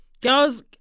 girls